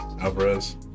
Alvarez